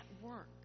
work